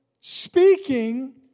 speaking